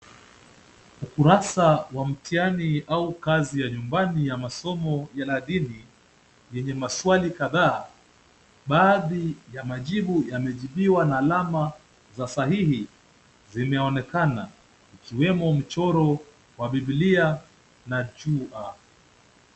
Ukurasa wa mtihani au kazi ya nyumbani ya masomo ya madini yeye maswali kadhaa, baadhi ya majibu yamejibiwa na alama za sahihi zimeonekana ikiwemo mchoro wa bibilia na jua.